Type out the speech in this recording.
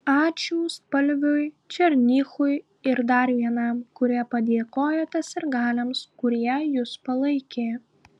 ačiū spalviui černychui ir dar vienam kurie padėkojote sirgaliams kurie jus palaikė